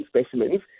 specimens